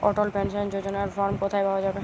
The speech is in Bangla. অটল পেনশন যোজনার ফর্ম কোথায় পাওয়া যাবে?